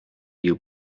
you